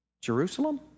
Jerusalem